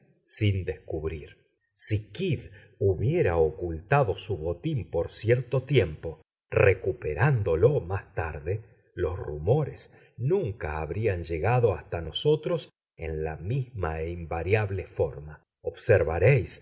sin descubrir si kidd hubiera ocultado su botín por cierto tiempo recuperándolo más tarde los rumores nunca habrían llegado hasta nosotros en la misma e invariable forma observaréis que